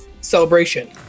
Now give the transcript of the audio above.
celebration